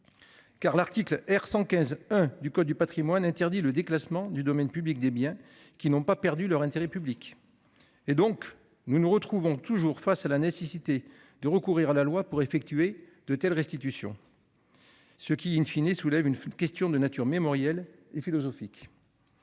Car l'article R. 115-1 du code du patrimoine interdit le déclassement du domaine public des biens qui n'ont pas perdu leur intérêt public. Ainsi, nous nous retrouvons toujours face à la nécessité de recourir à la loi pour effectuer de telles restitutions, ce qui,, soulève une question de nature mémorielle et philosophique.